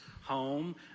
home